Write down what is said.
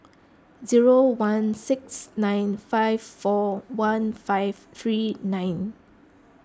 zero one six nine five four one five three nine